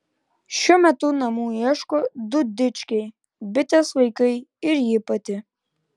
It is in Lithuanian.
šiuo metu namų ieško du dičkiai bitės vaikai ir ji pati